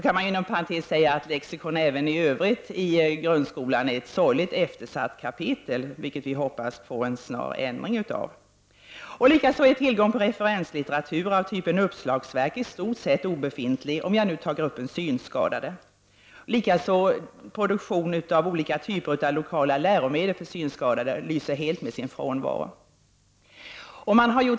För övrigt är detta med lexika inom grundskolan ett sorgligt eftersatt område. Därför hoppas vi på på en snar förändring här. I stort sett finns det inte någon referenslitteratur typ uppslagsverk för exempelvis synskadade. Likaså lyser produktionen av olika typer av läromedel för synskadade med sin frånvaro.